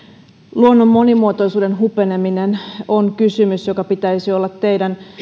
luonnon monimuotoisuuden hupeneminen on kysymys jonka pitäisi olla teidän